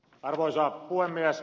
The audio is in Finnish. arvoisa puhemies